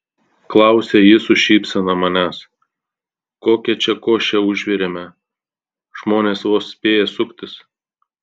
klausia ji su šypsena manęs kokią čia košę užvirėme žmonės vos spėja suktis